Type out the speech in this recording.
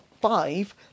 five